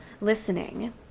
listening